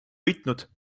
võitnud